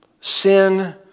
Sin